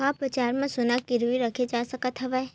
का बजार म सोना गिरवी रखे जा सकत हवय?